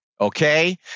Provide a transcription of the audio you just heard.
Okay